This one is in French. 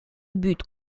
but